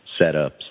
setups